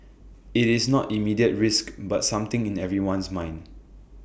IT is not immediate risk but something in everyone's mind